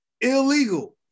Illegal